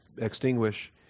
extinguish